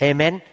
Amen